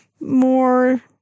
more